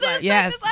Yes